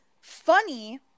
funny